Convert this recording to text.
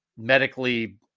medically